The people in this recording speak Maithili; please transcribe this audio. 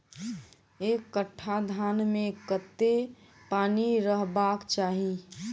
एक कट्ठा धान मे कत्ते पानि रहबाक चाहि?